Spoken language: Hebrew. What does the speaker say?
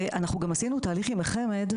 אנחנו גם עשינו תהליך עם החמ"ד,